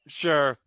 sure